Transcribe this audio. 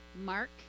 Mark